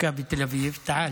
מכבי תל אביב, עכשיו